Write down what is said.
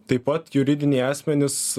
taip pat juridiniai asmenys